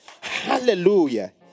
Hallelujah